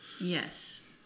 Yes